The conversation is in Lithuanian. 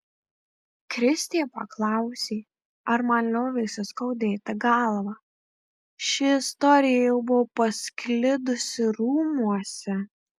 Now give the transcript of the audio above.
kristė paklausė ar man liovėsi skaudėti galvą ši istorija jau buvo pasklidusi rūmuose